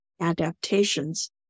adaptations